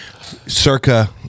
Circa